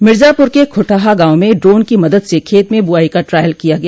मिर्जापुर के खुटहा गांव में ड्रोन की मदद से खेत में बुआई का ट्रायल किया गया